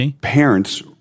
parents